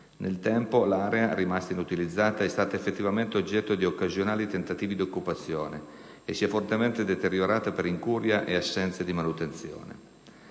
Nel tempo l'area, rimasta inutilizzata, è stata effettivamente oggetto di occasionali tentativi di occupazione e si è fortemente deteriorata per incuria e assenza di manutenzione.